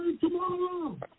tomorrow